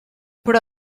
però